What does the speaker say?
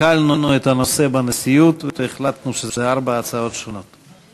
שקלנו את הנושא בנשיאות והחלטנו שאלה ארבע הצעות שונות.